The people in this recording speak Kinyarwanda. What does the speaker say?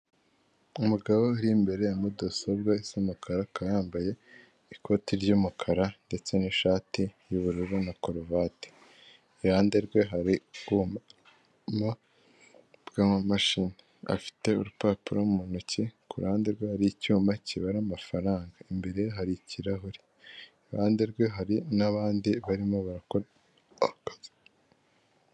Umugabo uri imbere ya mudasobwa isa umukara, akaba yambaye ikoti ry'umukara ndetse n'ishati y'ubururu na karuvati iruhande rwe hari ubwuma bw'amamashini , afite urupapuro mu ntoki, ku ruhande rwe hari icyuma kibara amafaranga, imbere hari ikirahure, iruhande rwe hari n'abandi barimo barakora akazi.